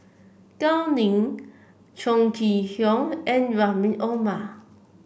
Gao Ning Chong Kee Hiong and Rahim Omar